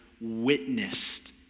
witnessed